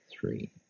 three